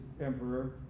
emperor